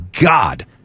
God